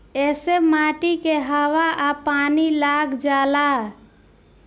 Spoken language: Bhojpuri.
ऐसे माटी के हवा आ पानी लाग जाला